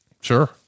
Sure